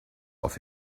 off